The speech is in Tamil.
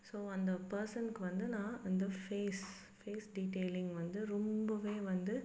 ஸோ அந்த பேர்சனுக்கு வந்து நான் அந்த ஃபேஸ் ஃபேஸ் டீட்டெயிலிங் வந்து ரொம்பவே வந்து